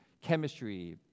chemistry